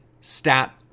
stat